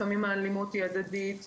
לפעמים האלימות היא הדדית.